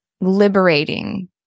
liberating